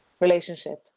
relationship